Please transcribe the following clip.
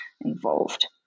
involved